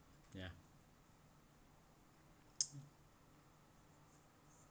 ya